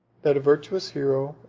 that a virtuous hero,